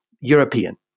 European